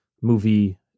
movie